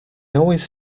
always